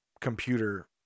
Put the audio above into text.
computer